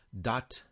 Dot